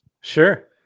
Sure